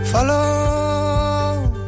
Follow